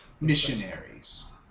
missionaries